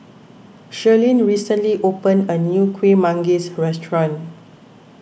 Shirleen recently opened a new Kueh Manggis restaurant